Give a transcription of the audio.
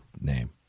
name